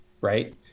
right